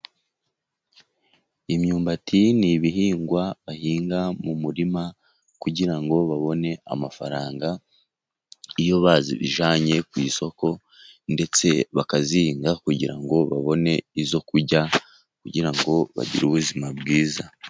Imyumbati ni ibihingwa bahinga mu murima, kugira ngo babone amafaranga iyo bayijyanye ku isoko. Ndetse bakayihinga kugira ngo babone iyo kurya, kugira ngo bagire ubuzima bwiza.